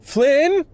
Flynn